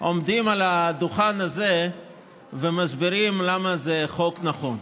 עומדים על הדוכן הזה ומסבירים למה זה חוק נכון.